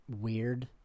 Weird